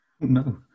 No